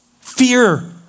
Fear